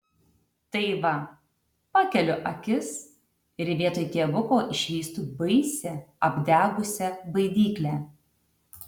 tai va pakeliu akis ir vietoj tėvuko išvystu baisią apdegusią baidyklę